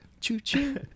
Choo-choo